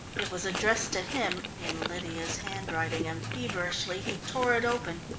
it was addressed to him, in lydia's handwriting, and feverishly he tore it open.